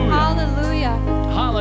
hallelujah